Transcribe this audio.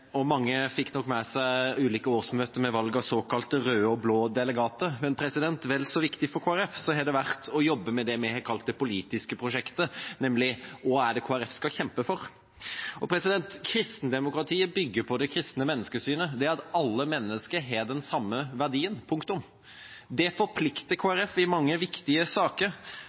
og mange fikk nok med seg ulike årsmøter med valg av såkalte røde og blå delegater, men det har vært vel så viktig for Kristelig Folkeparti å jobbe med det vi har kalt «det politiske prosjektet», nemlig hva Kristelig Folkeparti skal kjempe for. Kristendemokratiet bygger på det kristne menneskesynet, det at alle mennesker har den samme verdien, og det forplikter Kristelig Folkeparti i mange viktige saker.